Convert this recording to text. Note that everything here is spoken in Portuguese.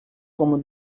como